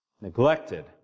Neglected